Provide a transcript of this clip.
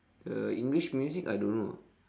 uh english music I don't know ah